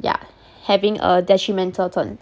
yeah having a detrimental tone